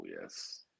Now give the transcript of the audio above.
yes